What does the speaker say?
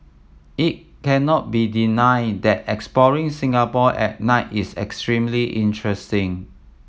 it cannot be denied that exploring Singapore at night is extremely interesting